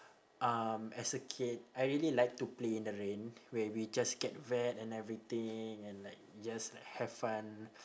um as a kid I really like to play in the rain where we just get wet and everything and like we just like have fun